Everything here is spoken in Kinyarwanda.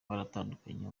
baratandukanye